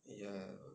ya